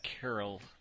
Carol